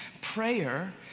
Prayer